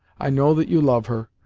i know that you love her,